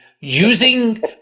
using